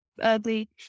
Ugly